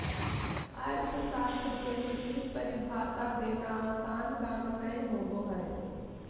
अर्थशास्त्र के निश्चित परिभाषा देना आसन काम नय होबो हइ